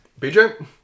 BJ